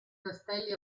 castelli